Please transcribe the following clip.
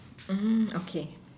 mm okay